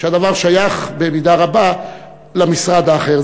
שהדבר שייך במידה רבה למשרד האחר.